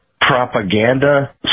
propaganda